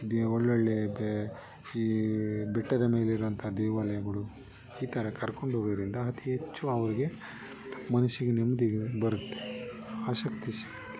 they ಒಳ್ಳೆಯ ಒಳ್ಳೆಯ ಬೇ ಈ ಬೆಟ್ಟದ ಮೇಲಿರುವಂಥ ದೇವಾಲಯಗಳು ಈ ಥರ ಕರ್ಕೊಂಡೋಗೋದ್ರಿಂದ ಅತಿ ಹೆಚ್ಚು ಅವ್ರಿಗೆ ಮನಸ್ಸಿಗೆ ನೆಮ್ಮದಿ ಬರುತ್ತೆ ಆಸಕ್ತಿ ಸಿಗುತ್ತೆ